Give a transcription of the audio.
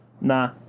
Nah